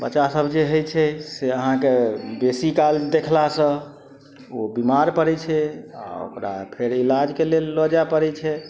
बच्चा सब जे होइ छै से अहाँके बेसी काल देखलासँ ओ बीमार पड़य छै आओर ओकरा फेर इलाजके लेल लअ जाइ पड़य छै